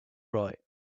right